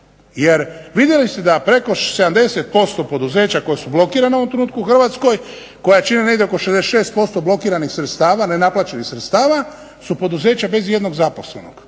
Jer vidjeli ste da preko 70% poduzeća koja su blokirana u ovom trenutku u Hrvatskoj, koja čine negdje oko 66% blokiranih sredstava, nenaplaćenih sredstava su poduzeća bez ijednog zaposlenog.